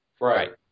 right